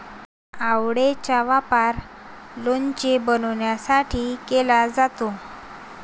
आवळेचा वापर लोणचे बनवण्यासाठी केला जातो